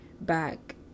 back